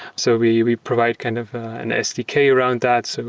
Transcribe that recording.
so we we provide kind of an sdk around that. so